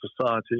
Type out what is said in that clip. society